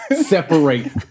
separate